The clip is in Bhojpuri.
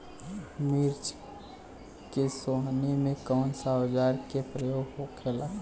मिर्च के सोहनी में कौन सा औजार के प्रयोग होखेला?